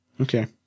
Okay